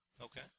Okay